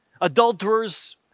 Adulterers